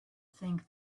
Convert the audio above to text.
think